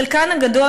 חלקן הגדול,